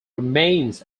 remains